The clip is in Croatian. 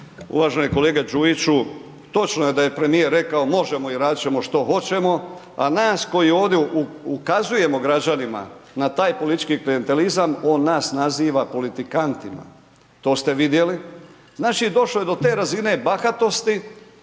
Uvaženi kolega Đujiću, točno je da je premijer rekao možemo i radit ćemo što hoćemo, a nas koji ovdje ukazujemo građanima na taj politički klijentelizam, on nas naziva politikantima, to ste vidjeli. Znači, došlo je do te razine bahatosti,